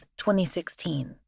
2016